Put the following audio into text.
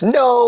no